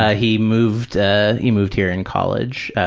ah he moved ah he moved here in college,